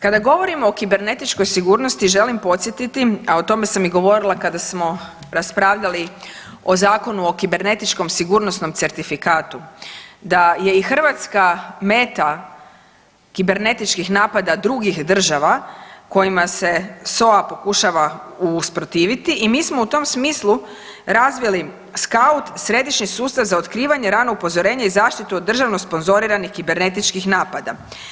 Kada govorimo o kibernetičkoj sigurnosti želim podsjetiti, a o toma sa i govorila kada smo raspravljali o Zakonu o kibernetičkom sigurnosnom certifikatu da je i Hrvatska meta kibernetičkih napada drugih država kojima se SOA pokušava usprotiviti i mi smo u tom smislu razvili SKAUT Središnji sustav za otkrivanje i rano upozorenje i zaštitu od državno sponzoriranih kibernetičkih napada.